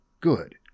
Good